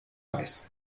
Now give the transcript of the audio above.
weiß